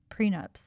prenups